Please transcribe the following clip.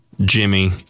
Jimmy